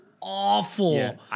awful